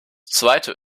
zweite